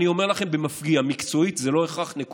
ואני אומר לכם במפגיע: מקצועית זה לא הכרח, נקודה.